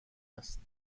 است